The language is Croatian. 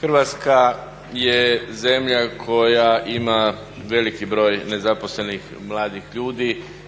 Hrvatska je zemlja koja ima veliki broj nezaposlenih mladih ljudi